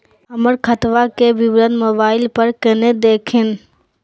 हमर खतवा के विवरण मोबाईल पर केना देखिन?